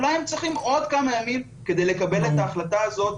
אולי הם צריכים עוד כמה ימים כדי לקבל את ההחלטה הזאת,